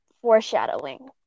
foreshadowing